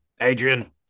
Adrian